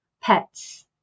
pets